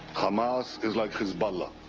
hamas is like hezbollah,